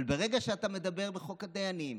אבל ברגע שאתה מדבר על חוק הדיינים